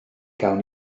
gawn